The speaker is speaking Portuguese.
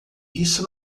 isso